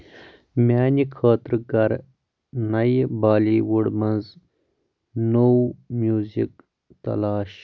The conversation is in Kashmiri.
میانہِ خٲطرٕ کر نیہِ بالی وُڈ منٛز نوٚو میوٗزِک تلاش